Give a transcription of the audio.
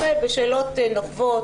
היו שאלות נוקבות,